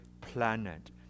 planet